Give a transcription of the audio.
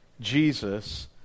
Jesus